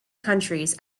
countries